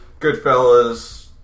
Goodfellas